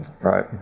Right